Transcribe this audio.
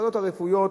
הוועדות הרפואיות,